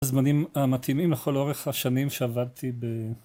הזמנים המתאימים לכל אורך השנים שעבדתי ב..